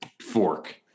fork